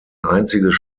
einziges